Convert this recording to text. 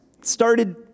started